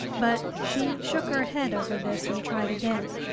but she shook her head over this and tried again